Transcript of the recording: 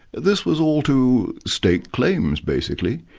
this was all to stake claims, basically.